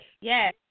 Yes